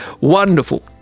wonderful